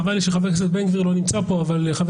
חבל לי שחבר הכנסת בן גביר לא נמצא כאן אבל חבר